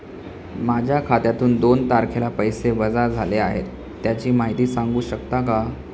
माझ्या खात्यातून दोन तारखेला पैसे वजा झाले आहेत त्याची माहिती सांगू शकता का?